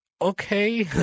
okay